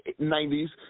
90s